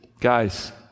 guys